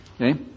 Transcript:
Okay